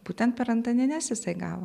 būtent per antanines jisai gavo